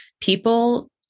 people